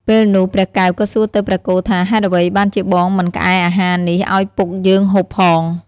ពេលនោះព្រះកែវក៏សួរទៅព្រះគោថា ហេតុអ្វីបានជាបងមិនក្អែអាហារនេះឲ្យពុកយើងហូបផង?